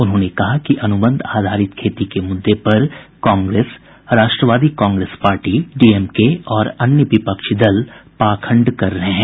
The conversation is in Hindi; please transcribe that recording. उन्होंने कहा कि अनुबंध आधारित खेती के मुद्दे पर कांग्रेस राष्ट्रवादी कांग्रेस पार्टी डीएमके और अन्य विपक्षी दल पाखंड कर रहे हैं